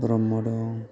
ब्रह्म दं